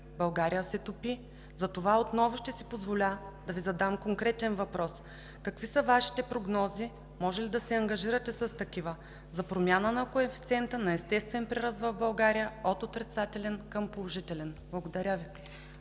България се топи. Затова отново ще си позволя да Ви задам конкретен въпрос: какви са Вашите прогнози, може ли да се ангажирате с такива, за промяна на коефициента на естествен прираст в България от отрицателен към положителен? Благодаря Ви.